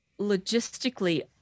logistically